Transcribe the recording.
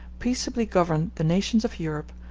peaceably governed the nations of europe,